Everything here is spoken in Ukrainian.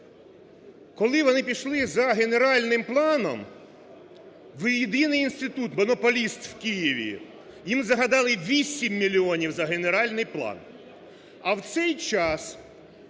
Коли вони пішли за генеральним планом в єдиний інститут монополіст в Києві, їм загадали 8 мільйонів за генеральний план.